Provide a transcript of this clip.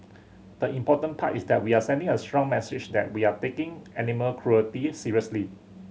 the important part is that we are sending a strong message that we are taking animal cruelty seriously